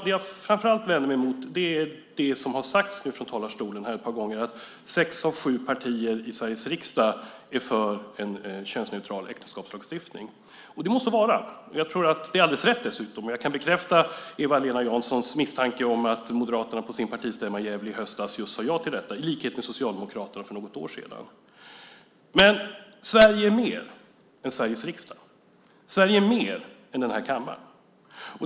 Det jag framför allt vänder mig emot är det som har sagts från talarstolen ett par gånger här om att sex av sju partier i Sveriges riksdag är för en könsneutral äktenskapslagstiftning. Det må så vara. Jag tror att det är alldeles rätt, dessutom. Jag kan bekräfta Eva-Lena Janssons misstanke om att Moderaterna på sin partistämma i Gävle i höstas sade ja till detta, i likhet med Socialdemokraterna för något år sedan. Men Sverige är mer än Sveriges riksdag. Sverige är mer än den här kammaren.